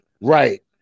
right